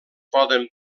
poden